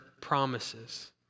promises